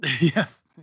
Yes